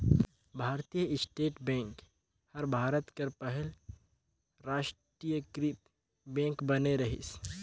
भारतीय state bank हर भारत कर पहिल रास्टीयकृत बेंक बने रहिस